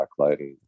backlighting